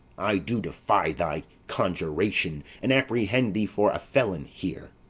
i do defy thy, conjuration and apprehend thee for a felon here.